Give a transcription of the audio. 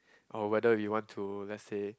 or whether you want to let's say